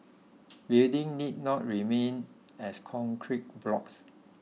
buildings need not remain as concrete blocks